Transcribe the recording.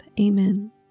Amen